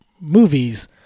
movies